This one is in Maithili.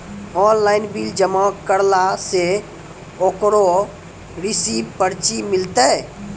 ऑनलाइन बिल जमा करला से ओकरौ रिसीव पर्ची मिलतै?